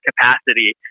capacity